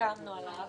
שסיכמנו עליו